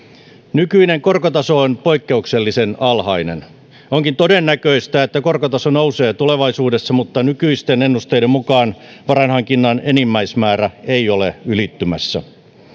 nykyinen korkotaso on poikkeuksellisen alhainen onkin todennäköistä että korkotaso nousee tulevaisuudessa mutta nykyisten ennusteiden mukaan varainhankinnan enimmäismäärä ei ole ylittymässä